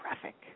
traffic